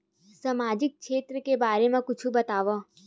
सामाजिक क्षेत्र के बारे मा कुछु बतावव?